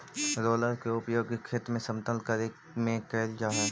roller के उपयोग खेत के समतल करे में कैल जा हई